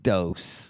Dose